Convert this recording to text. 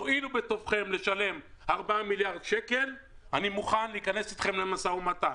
תואילו בטובכם לשלם 4 מיליארד שקל ואז אני מוכן להיכנס אתכם למשא ומתן.